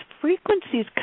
frequencies